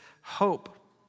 hope